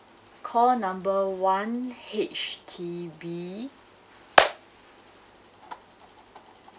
call number one H_D_B